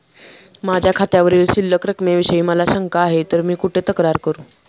माझ्या खात्यावरील शिल्लक रकमेविषयी मला शंका आहे तर मी कुठे तक्रार करू?